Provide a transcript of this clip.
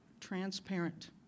transparent